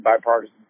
bipartisan